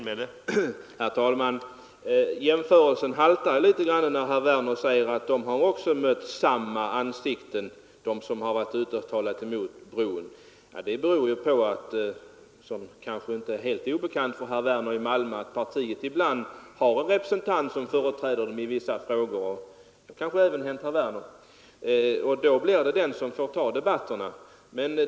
Herr talman! Jämförelsen haltar litet när herr Werner i Malmö säger att de som varit ute och talat mot bron också har mött samma ansikten. Det beror på, vilket kanske inte är helt obekant för herr Werner i Malmö, att partiet ibland har en representant som företräder partiet i vissa frågor. Det blir den representanten som får ta debatterna i de frågorna.